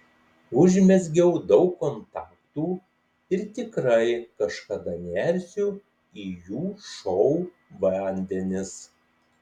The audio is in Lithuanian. užmezgiau daug kontaktų ir tikrai kažkada nersiu į jų šou vandenis